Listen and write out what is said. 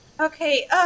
Okay